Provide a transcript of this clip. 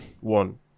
one